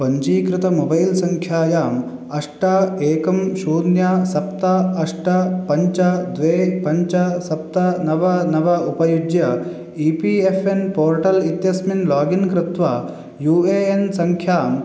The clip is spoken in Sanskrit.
पञ्जीकृत मोबैल् संख्यायाम् अष्ट एकं शून्यं सप्त अष्ट पञ्च द्वे पञ्च सप्त नव नव उपयुज्य E P F N portal इत्यस्मिन् लोगिन् कृत्वा यु ए एन् संख्यां